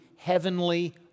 Heavenly